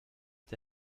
est